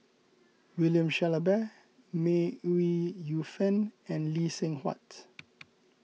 William Shellabear May Ooi Yu Fen and Lee Seng Huat